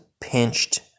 pinched